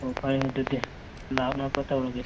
ꯍꯣꯏ ꯐꯔꯦꯅꯦ ꯑꯗꯨꯗꯤ ꯂꯥꯛꯅꯕ ꯇꯧꯔꯒꯦ